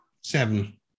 Seven